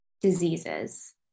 diseases